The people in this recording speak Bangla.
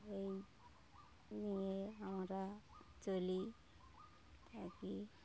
এই নিয়ে আমরা চলি থাকি